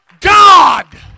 God